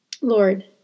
Lord